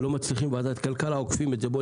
לא מצליחים בוועדת כלכלה אז עוקפים את זה בואו